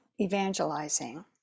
evangelizing